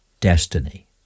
destiny